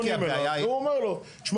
כי הבעיה היא --- והוא אומר לו 'תשמע,